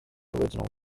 original